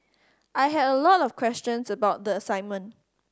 I had a lot of questions about the assignment